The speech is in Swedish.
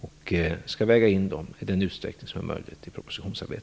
Jag skall väga in dem i den utsträckning som är möjlig i propositionsarbetet.